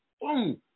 boom